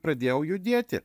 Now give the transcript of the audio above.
pradėjau judėti